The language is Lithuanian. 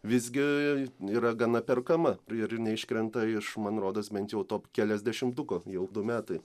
visgi yra gana perkama ir ir neiškrenta iš man rodos bent jau top keliasdešimtuko jau du metai